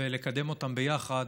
ולקדם אותם יחד.